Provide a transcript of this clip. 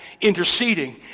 interceding